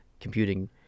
computing